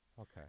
Okay